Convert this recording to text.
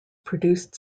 produced